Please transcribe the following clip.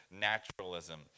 naturalism